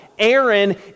Aaron